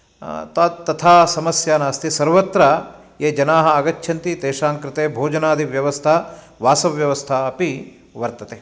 तथा समस्या नास्ति सर्वत्र ये जनाः आगच्छन्ति तेषां कृते भोजनादिव्यवस्था वासव्यवस्था अपि वर्तते